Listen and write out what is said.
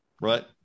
Right